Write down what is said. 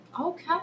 Okay